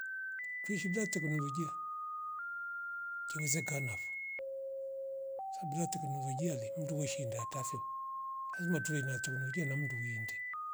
Tuishi bila teknolojia che wezakanavo sabu bila teknolojia le mndu weshinda hatafe lazima tuiwe na teknolojia na mndu winde